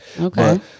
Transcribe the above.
Okay